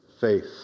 Faith